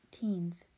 teens